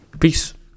Peace